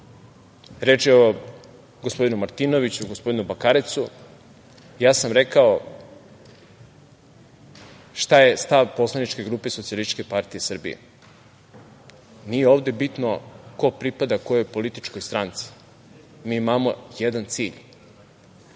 reč je o gospodinu Martinoviću, gospodinu Bakarecu, rekao sam šta je stav poslaničke grupe SPS. Nije ovde bitno ko pripada kojoj političkoj stranci, mi imamo jedan cilj,